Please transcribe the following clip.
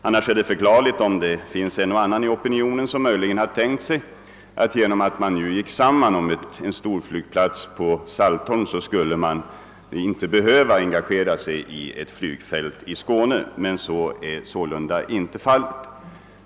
Annars är det förklarligt om det finns en och annan som tänkt sig att man nu genom att bygga en storflygplats på Saltholm inte behöver engagera sig i ett flygfält i Skåne, men så är alltså inte fallet.